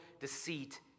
deceit